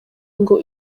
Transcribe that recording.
ngo